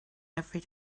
every